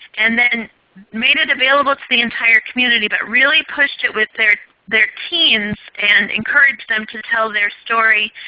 and then made it available to the entire community, but really pushed it with their their teens and encouraged them to tell their story.